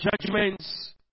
judgments